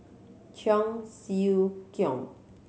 Cheong Siew Keong